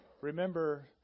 remember